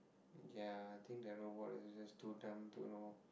okay lah I think the robot is just too dumb to know